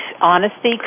Honesty